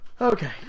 okay